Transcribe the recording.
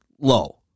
low